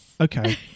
Okay